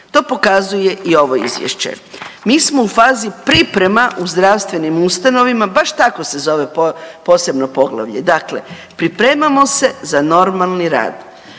To pokazuje i ovo izvješće, mi smo u fazi priprema u zdravstvenim ustanovama, baš tako se zove posebno poglavlje, dakle pripremamo se za normalni rad.